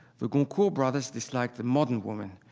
the goncourt brothers disliked the modern woman.